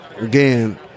Again